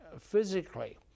physically